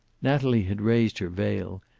natalie had raised her veil,